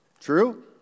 True